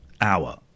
hour